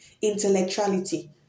Intellectuality